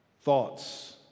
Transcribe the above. Thoughts